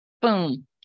Boom